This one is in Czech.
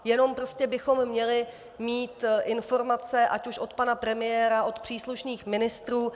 Jenom prostě bychom měli mít informace ať už od pana premiéra, od příslušných ministrů.